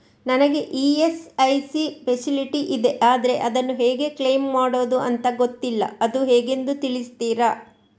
ನನಗೆ ESIC facility ಇದೆ ಆದ್ರೆ ಅದನ್ನು ಹೇಗೆ ಕ್ಲೇಮ್ ಮಾಡೋದು ಅಂತ ಗೊತ್ತಿಲ್ಲ ಅದು ಹೇಗೆಂದು ತಿಳಿಸ್ತೀರಾ?